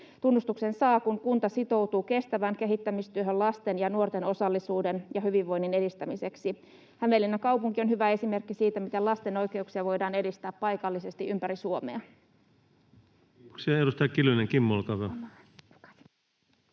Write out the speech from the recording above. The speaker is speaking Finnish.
Tunnustuksen saa, kun kunta sitoutuu kestävään kehittämistyöhön lasten ja nuorten osallisuuden ja hyvinvoinnin edistämiseksi. Hämeenlinnan kaupunki on hyvä esimerkki siitä, miten lasten oikeuksia voidaan edistää paikallisesti ympäri Suomea. [Speech